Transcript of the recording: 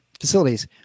facilities